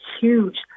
huge